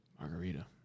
Margarita